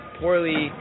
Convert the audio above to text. poorly